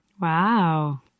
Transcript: Wow